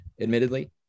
admittedly